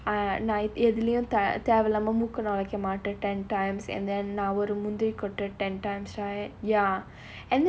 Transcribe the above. நான் எதுலயும் தேவையில்லாம மூக்க நுழைக்க மாட்டேன்:naan edhulayum thevaillaama mooka nulaika mattaen ten times and then முந்திரிக்கொட்டை:munthirikkottai ten times right ya